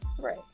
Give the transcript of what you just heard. Right